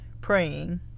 praying